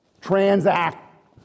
Transact